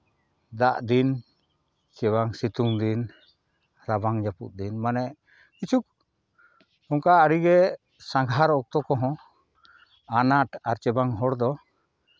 ᱫᱟᱜ ᱫᱤᱱ ᱥᱮ ᱵᱟᱝ ᱥᱤᱛᱩᱝ ᱫᱤᱱ ᱨᱟᱵᱟᱝ ᱡᱟᱹᱯᱩᱫ ᱫᱤᱱ ᱢᱟᱱᱮ ᱠᱤᱪᱷᱩ ᱚᱱᱠᱟ ᱟᱹᱰᱤᱜᱮ ᱥᱟᱸᱜᱷᱟᱨ ᱚᱠᱛᱚ ᱠᱚᱦᱚᱸ ᱟᱱᱟᱴ ᱟᱨ ᱥᱮ ᱵᱟᱝ ᱦᱚᱲ ᱫᱚ